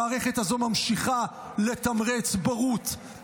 המערכת הזאת ממשיכה לתמרץ בורות,